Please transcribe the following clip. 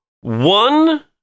one